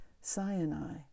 Sinai